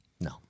No